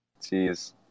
Jeez